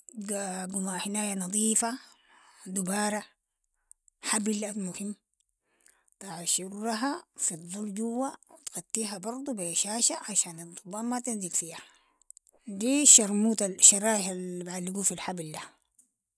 هناية نضيفة، دبارة، حبل المهم تشرها في الضل جوا و تغطيها برضو بي شاشة عشان الضبان ما تنزل فيها دي شرموط الشرايح البعلقو في الحبل ده.